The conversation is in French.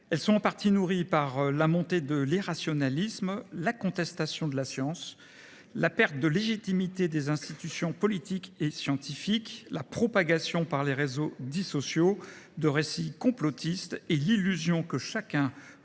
Celles ci sont en partie nourries par la montée de l’irrationalisme, par la contestation de la science, par la perte de légitimité des institutions politiques et scientifiques, par la propagation sur les réseaux dits « sociaux » de récits complotistes et par l’illusion que chacun pourrait